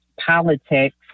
politics